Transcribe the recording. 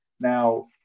Now